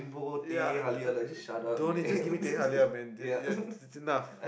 ya I I don't just give me teh halia man yeah yeah it's enough